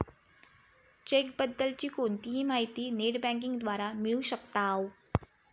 check बद्दल ची कोणतीही माहिती नेट बँकिंग द्वारा मिळू शकताव